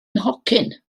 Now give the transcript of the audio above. nhocyn